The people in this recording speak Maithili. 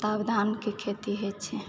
तब धान के खेती होइ छै